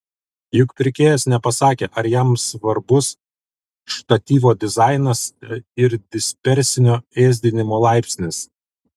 juk pirkėjas nepasakė ar jam svarbus štatyvo dizainas ir dispersinio ėsdinimo laipsnis